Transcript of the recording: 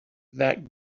that